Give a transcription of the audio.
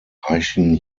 reichen